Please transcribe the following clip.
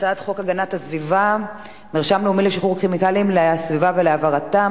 הצעת חוק הגנת הסביבה (מרשם לאומי לשחרור כימיקלים לסביבה ולהעברתם),